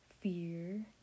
fear